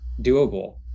doable